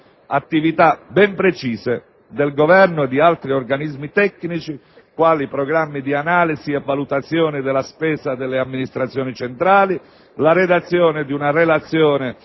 attività ben precise del Governo e di altri organismi tecnici, quali: programmi di analisi e valutazione della spesa delle amministrazioni centrali, la redazione di una relazione